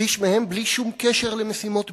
שליש מהם בלי שום קשר למשימות ביטחוניות,